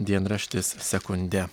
dienraštis sekundė